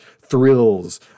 thrills